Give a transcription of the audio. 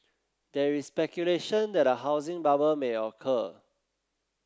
there is speculation that a housing bubble may occur